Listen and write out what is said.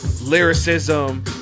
lyricism